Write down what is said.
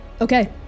Okay